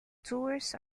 tours